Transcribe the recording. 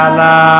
la